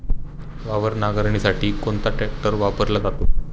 वावर नांगरणीसाठी कोणता ट्रॅक्टर वापरला जातो?